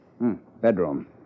Bedroom